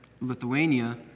Lithuania